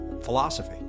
philosophy